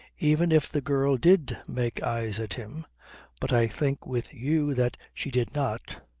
even if the girl did make eyes at him but i think with you that she did not.